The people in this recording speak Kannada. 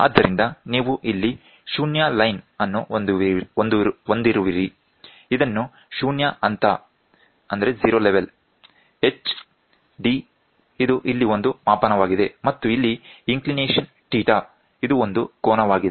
ಆದ್ದರಿಂದ ನೀವು ಇಲ್ಲಿ 0 ಲೈನ್ ಅನ್ನು ಹೊಂದಿರುವಿರಿ ಇದನ್ನು ಶೂನ್ಯ ಹಂತ h d ಇದು ಇಲ್ಲಿ ಒಂದು ಮಾಪನವಾಗಿದೆ ಮತ್ತು ಇಲ್ಲಿ ಇಂಕ್ಲಿನೇಶನ್ θ ಇದು ಒಂದು ಕೋನವಾಗಿದೆ